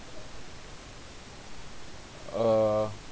uh